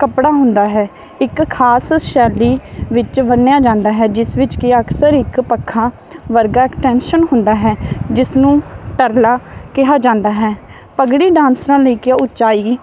ਕੱਪੜਾ ਹੁੰਦਾ ਹੈ ਇੱਕ ਖਾਸ ਸ਼ੈਲੀ ਵਿੱਚ ਬੰਨਿਆ ਜਾਂਦਾ ਹੈ ਜਿਸ ਵਿੱਚ ਕਿ ਅਕਸਰ ਇੱਕ ਪੱਖਾ ਵਰਗਾ ਟੈਂਸ਼ਨ ਹੁੰਦਾ ਹੈ ਜਿਸ ਨੂੰ ਤਰਲਾ ਕਿਹਾ ਜਾਂਦਾ ਹੈ ਪੱਗੜੀ ਡਾਂਸਰਾਂ ਲੈ ਕੇ ਉਚਾਈ